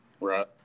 Right